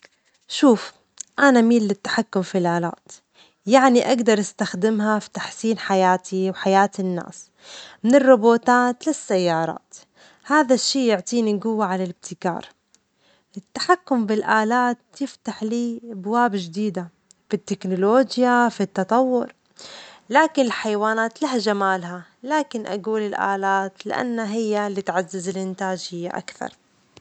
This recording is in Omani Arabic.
شوف، أنا أميل للتحكم في الآلات، يعني أجدر أستخدمها في تحسين حياتي وحياة الناس، من الروبوتات للسيارات، هذا الشيء يعطيني جوة على الابتكار، التحكم بالآلات يفتح لي أبواب جديدة، التكنولوجيا في التطور، لكن الحيوانات لها جمالها، لكن أجول الآلات لأن هي اللي تعزز الإنتاجية أكثر.